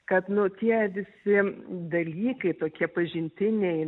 kad nu tie visi dalykai tokie pažintiniai